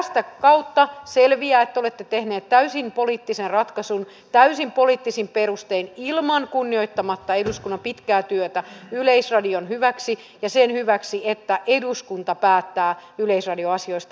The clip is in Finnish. tätä kautta selviää että te olette tehneet täysin poliittisen ratkaisun täysin poliittisin perustein kunnioittamatta eduskunnan pitkää työtä yleisradion hyväksi ja sen hyväksi että eduskunta päättää yleisradion asioista